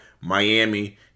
Miami